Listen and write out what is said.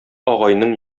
агайның